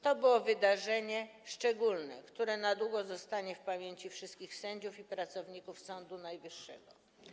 To było wydarzenie szczególne, które na długo zostanie w pamięci wszystkich sędziów i pracowników Sądu Najwyższego.